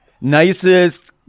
nicest